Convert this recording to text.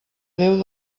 déu